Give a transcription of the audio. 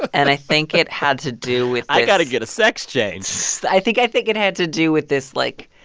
and i think it had to do with this. i got to get a sex change i think i think it had to do with this, like,